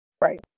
right